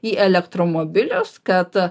į elektromobilius kad